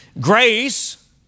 Grace